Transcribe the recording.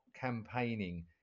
campaigning